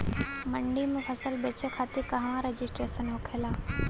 मंडी में फसल बेचे खातिर कहवा रजिस्ट्रेशन होखेला?